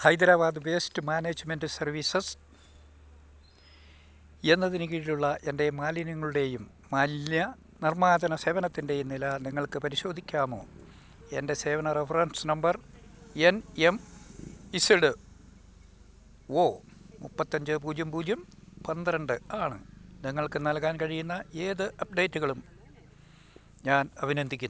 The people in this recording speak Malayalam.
ഹൈദരാബാദ് വേസ്റ്റ് മാനേജ്മെന്റ് സർവീസസ്സ് എന്നതിന് കീഴിലുള്ള എൻ്റെ മാലിന്യങ്ങളുടെയും മാലിന്യ നിർമ്മാർജ്ജന സേവനത്തിൻ്റെയും നില നിങ്ങൾക്ക് പരിശോധിക്കാമോ എൻ്റെ സേവന reference number N M Z O മുപ്പത്തിയഞ്ച് പൂജ്യം പൂജ്യം പന്ത്രണ്ട് ആണ് നിങ്ങൾക്ക് നൽകാൻ കഴിയുന്ന ഏത് അപ്ഡേറ്റുകളും ഞാൻ അഭിനന്ദിക്കുന്നു